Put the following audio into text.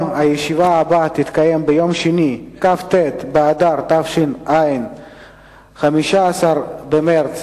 ביום כ"ז בטבת התש"ע (13 בינואר 2010):